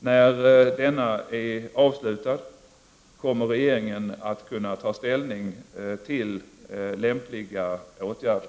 När denna är avslutad kommer regeringen att kunna ta ställning till lämpliga åtgärder.